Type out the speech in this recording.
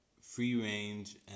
free-range